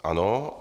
Ano.